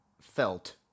felt